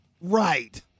Right